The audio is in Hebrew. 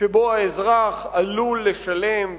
שבו האזרח עלול לשלם בחירותו,